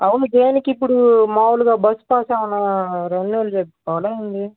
అవును దేనికి ఇప్పుడు మామూలుగా బస్సు పాస్ ఏమైనా రెన్యువల్ చేపించుకోవాలా ఏంది